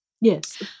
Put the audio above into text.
yes